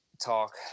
talk